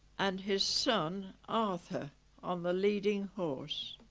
and his son arthur on the leading horse